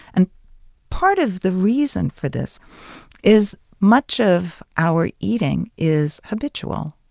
and part of the reason for this is much of our eating is habitual.